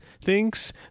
thinks